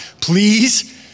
please